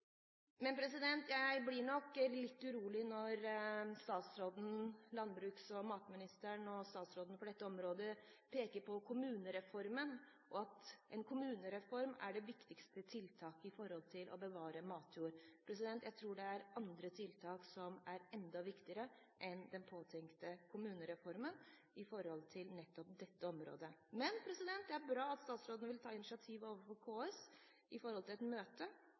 Men jeg blir nok litt urolig når statsråden, landbruks- og matministeren, som er ansvarlig for dette området, peker på kommunereformen, og at en kommunereform er det viktigste tiltaket for å bevare matjord. Jeg tror det er andre tiltak som er enda viktigere enn den påtenkte kommunereformen på akkurat dette området. Men det er bra at statsråden vil ta initiativ overfor KS når det gjelder et møte